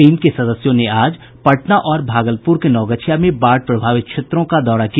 team के सदस्यों ने आज पटना और भागलपुर के नवगछिया में बाढ़ प्रभावित क्षेत्रों का दौरा किया